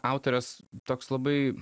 autorės toks labai